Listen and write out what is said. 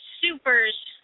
Supers